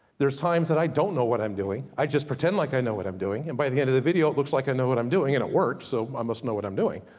there's times that i don't know what i'm doing, i just pretend like i know what i'm doing, and by the end of the video it looks like, i know what i'm doing, and it works so i must know what i'm doing.